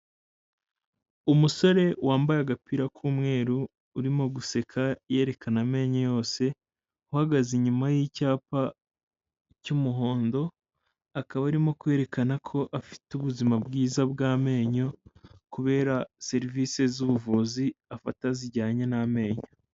Umusore wambaye agapira k'umweru urimo guseka yerekana amenyo yose, uhagaze inyuma y'icyapa cy'umuhondo, akaba arimo kwerekana ko afite ubuzima bwiza bw'amenyo kubera serivisi z'ubuvuzi afata zijyanye n'amenyo.